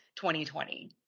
2020